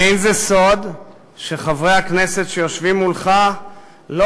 אין זה סוד שחברי הכנסת שיושבים מולך לא